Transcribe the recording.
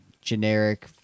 generic